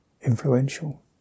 influential